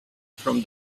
from